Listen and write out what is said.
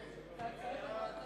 בעד,